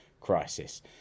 crisis